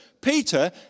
Peter